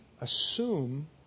assume